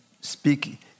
speak